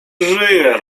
żyje